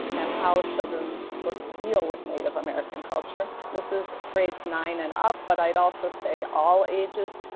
and how children's books deal with native american culture. this is grades nine and up. but i'd also say all ages,